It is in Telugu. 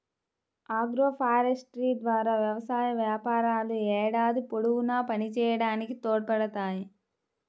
ఆగ్రోఫారెస్ట్రీ ద్వారా వ్యవసాయ వ్యాపారాలు ఏడాది పొడవునా పనిచేయడానికి తోడ్పడతాయి